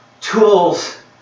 tools